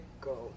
go